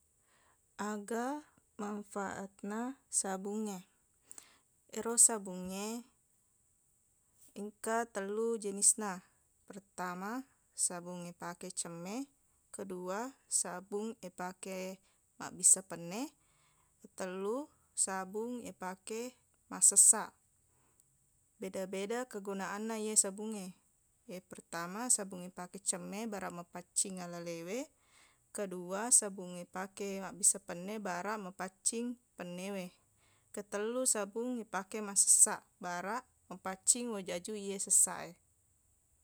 Aga manfaatna sabungnge ero sabungnge engka tellu jenisna pertama sabung ipake cemme kedua sabung ipake mabbissa penne ketellu sabung ipake massessaq beda-beda kegunaanna iye sabungnge iye pertama sabung ipake cemme baraq mapaccing alalewe kedua sabung ipake mabbissa penne baraq mapaccing pennewe ketellu sabung ipake massessaq baraq mapaccing wajaju iye sessaq e